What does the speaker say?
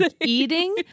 eating